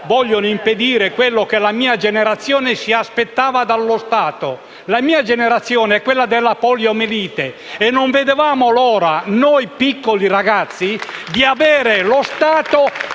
vogliono impedire quello che la mia generazione si aspettava dallo Stato. La mia generazione è quella della poliomelite e non vedevamo l'ora, noi piccoli ragazzi, che lo Stato